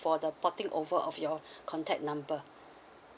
for the potting over of your contact number